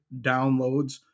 downloads